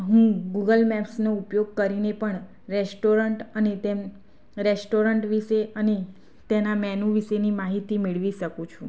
હું ગૂગલ મેપ્સનો ઉપયોગ કરીને પણ રેસ્ટોરન્ટ અને તેમ રેસ્ટોરન્ટ વિશે અને તેના મેનૂ વિશેની માહિતી મેળવી શકું છું